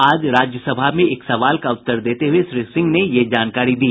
आज राज्यसभा में एक सवाल का उत्तर देते हुए श्री सिंह ने ये जानकारी दी